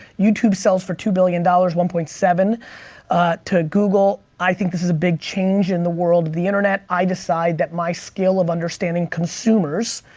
youtube sells for two billion dollars, one point seven to google. i think this is a big change in the world, the internet. i decide that my skill of understanding consumers